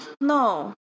No